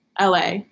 LA